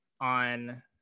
on